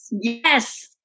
Yes